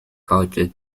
culture